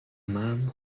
man